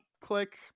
click